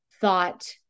thought